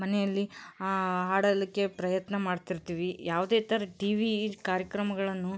ಮನೆಯಲ್ಲಿ ಹಾಡಲಿಕ್ಕೆ ಪ್ರಯತ್ನ ಮಾಡ್ತಿರ್ತೀವಿ ಯಾವುದೇ ಥರದ ಟಿವಿ ಕಾರ್ಯಕ್ರಮಗಳನ್ನು